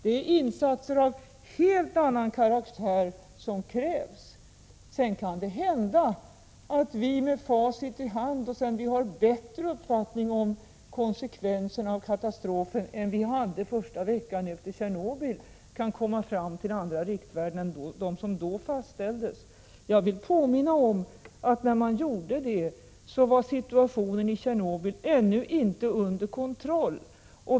Det är insatser av helt annan karaktär som krävs. Sedan kan det hända att vi med facit i hand, sedan vi har fått bättre uppfattning om konsekvenserna av katastrofen än vi hade första veckan efter Tjernobylolyckan, kan komma fram till andra riktvärden än dem som då fastställdes. Jag vill påminna om att när man fastställde riktvärdena var situationen i Tjernobyl ännu inte under kontroll.